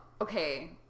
Okay